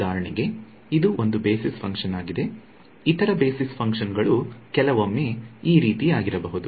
ಉದಾಹರಣೆಗೆ ಇದು ಒಂದು ಬೇಸಿಸ್ ಫಂಕ್ಷನ್ ಆಗಿದೆ ಇತರ ಬೇಸಿಸ್ ಫಂಕ್ಷನ್ ಗಳು ಕೆಲವೊಮ್ಮೆ ಈ ರೀತಿಯಾಗಿರಬಹುದು